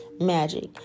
magic